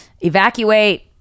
Evacuate